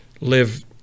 live